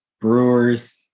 Brewers